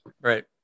right